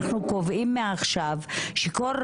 כי אני שומע את זה כמה פעמים